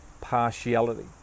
partiality